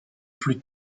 plus